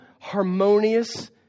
harmonious